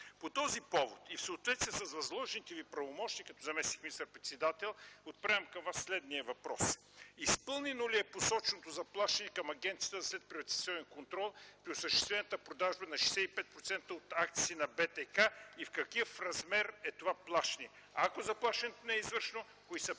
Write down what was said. По този повод и в съответствие с възложените Ви правомощия като заместник министър-председател отправям към Вас следния въпрос: изпълнено ли е посоченото заплащане към Агенцията за следприватизационен контрол при осъществената продажба на 65% от акциите на БТК и в какъв размер е това плащане? Ако заплащането не е извършено, кои са причините